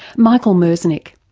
michael merzenich,